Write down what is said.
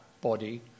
body